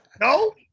No